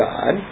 God